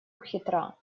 хитра